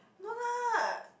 no lah